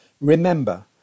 Remember